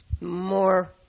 More